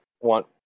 want